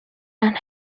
and